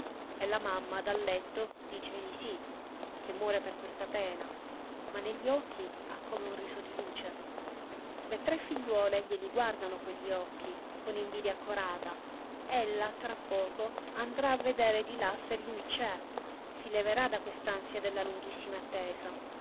e la mamma dal letto dice di sí che muore di questa pena ma negli occhi ha come un riso di luce le tre figliuole glieli guardano quegli occhi con invidia accorata ella tra poco andrà a vedere di là se lui c'è si leverà da quest'ansia della lunghissima attesa